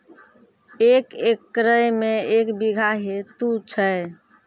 एक एकरऽ मे के बीघा हेतु छै?